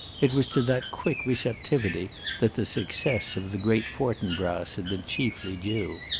it was to that quick receptivity that the success of the great fortinbras had been chiefly due.